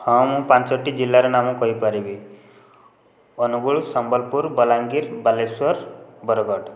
ହଁ ମୁଁ ପାଞ୍ଚଟି ଜିଲ୍ଲାର ନାମ କହିପାରିବି ଅନୁଗୁଳ ସମ୍ବଲପୁର ବଲାଙ୍ଗୀର ବାଲେଶ୍ୱର ବରଗଡ଼